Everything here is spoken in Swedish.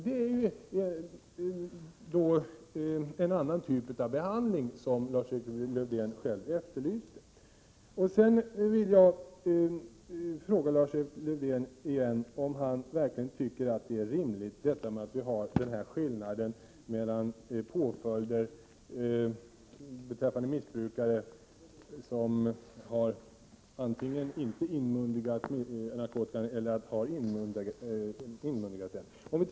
Det är då en annan typ av behandling som Lars-Erik Lövdén efterlyste. Sedan vill jag fråga Lars-Erik Lövdén igen, om han verkligen tycker att det är rimligt med skillnaden i påföljder mellan missbrukare som inte har inmundigat narkotikan och missbrukare som har inmundigat den.